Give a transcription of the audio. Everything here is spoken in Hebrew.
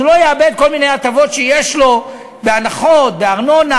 שהוא לא יאבד כל מיני הטבות שיש לו בהנחות בארנונה,